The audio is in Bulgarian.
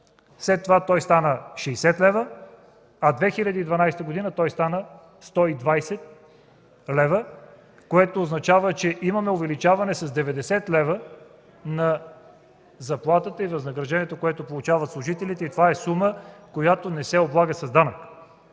След това той стана 60 лв., а през 2012 г. стана 120 лв., което означава, че имаме увеличаване с 90 лв. на заплатата и възнагражденията, които получават служителите и това е сума, която не се облага с данък.